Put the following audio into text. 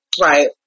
Right